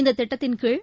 இந்ததிட்டத்தின்கீழ்